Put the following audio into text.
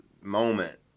moment